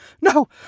No